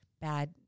bad